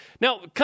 Now